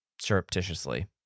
surreptitiously